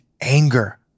anger